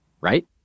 right